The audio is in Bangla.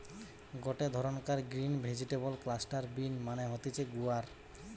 গটে ধরণকার গ্রিন ভেজিটেবল ক্লাস্টার বিন মানে হতিছে গুয়ার